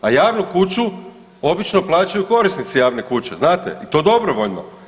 A javnu kuću obično plaćaju korisnici javne kuće znate i to dobrovoljno.